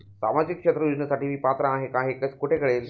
सामाजिक क्षेत्र योजनेसाठी मी पात्र आहे का हे कुठे कळेल?